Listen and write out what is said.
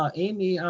um amy, um